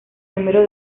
número